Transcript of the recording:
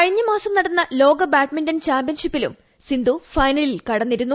കഴിഞ്ഞ മാസം നടന്ന ലോക ബാഡ്മിന്റൺ ചാമ്പൃൻഷിപ്പിലും സിന്ധു ഫൈനലിൽ കടന്നിരുന്നു